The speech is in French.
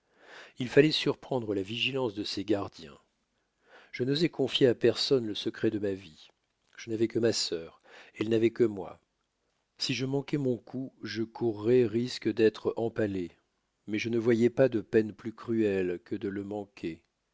il falloit surprendre la vigilance de ses gardiens je n'osois confier à personne le secret de ma vie il falloit que nous fissions tout elle et moi si je manquois mon coup je courois le risque d'être empalé mais je ne voyois pas de peine plus cruelle que de le manquer